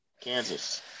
Kansas